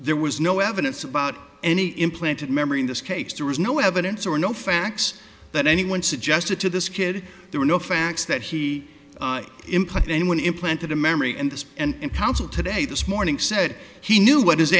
there was no evidence about any implanted memory in this case there was no evidence or no facts that anyone suggested to this kid there were no facts that he implied anyone implanted a memory in this and council today this morning said he knew what his